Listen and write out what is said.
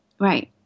right